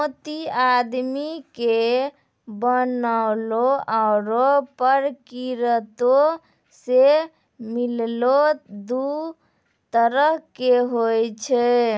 मोती आदमी के बनैलो आरो परकिरति सें मिललो दु तरह के होय छै